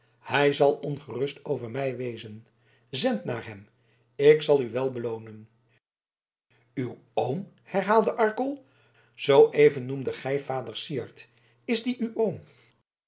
hij zal ongerust over mij wezen zend naar hem ik zal u wel beloonen uw oom herhaalde arkel zooeven noemdet gij vader syard is die uw